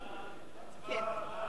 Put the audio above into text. כן.